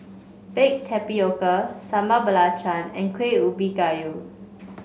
Baked Tapioca Sambal Belacan and Kueh Ubi Kayu